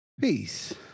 Peace